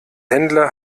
händler